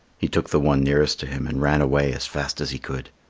he took the one nearest to him and ran away as fast as he could.